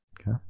okay